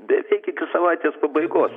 bet tik iki savaitės pabaigos